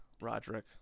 Roderick